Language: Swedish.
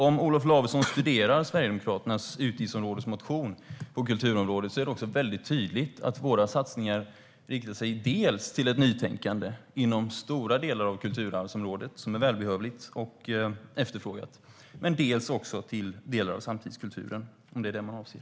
Om Olof Lavesson studerar Sverigedemokraternas utgiftsområdesmotion på kulturområdet kan han se tydligt att våra satsningar riktar sig dels till ett nytänkande inom stora delar av kulturarvsområdet, och det är välbehövligt och efterfrågat, dels till delar av samtidskulturen, om det är det man avser.